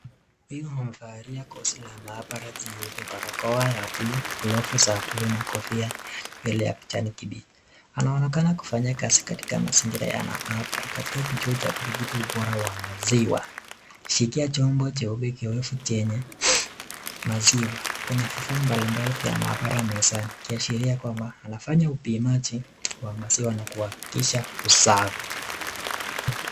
Huyu amevalia nguo la maabara jeupe, barakoa ya blue , glavu za blue na kofia ya vile ya picha ni kibichi. Anaonekana kufanya kazi katika mazingira ya ana maabara katika kijio cha kudhibiti ubora wa maziwa. Ashikilia chombo cheupe kiwefu chenye maziwa. Kuna vifa mbalimbali za maabara mezani ukiashiria kwamba anafanya upimaji wa maziwa na kuhakikisha usafi.